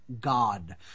God